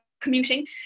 commuting